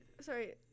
Sorry